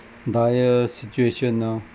dire situation now